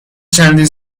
چندین